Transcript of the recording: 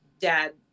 dad